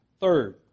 Third